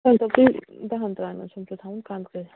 مٲنۍ تَو تُہۍ داہَن ترامٮ۪ن سُمب چھِ تھاوُن کَنٛدٕکٔر